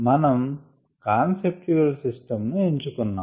మనం కాన్సెప్టువల్ సిస్టంను ఎంచుకున్నాం